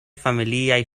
familiaj